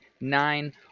nine